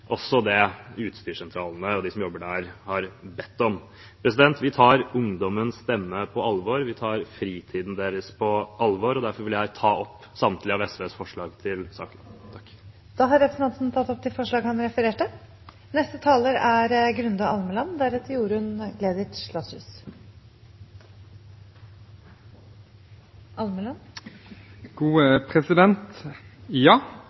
Også det er noe som utstyrssentralene og de som jobber der, har bedt om. Vi tar ungdommens stemme på alvor, vi tar fritiden deres på alvor, og derfor vil jeg ta opp samtlige av SVs forslag i saken. Representanten Freddy André Øvstegård har tatt opp de forslagene han refererte til. Ja,